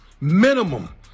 minimum